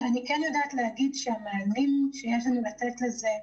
אני כן יודעת להגיד שהמענים שיש לנו לתת לזה,